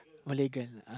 Malay girl